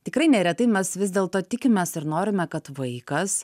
tikrai neretai mes vis dėlto tikimės ir norime kad vaikas